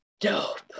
dope